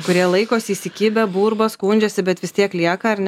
kurie laikosi įsikibę burba skundžiasi bet vis tiek lieka ar ne tai